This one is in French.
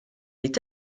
est